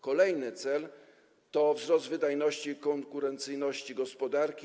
Kolejny cel to wzrost wydajności i konkurencyjności gospodarki.